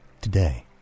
today